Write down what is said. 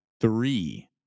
three